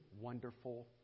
wonderful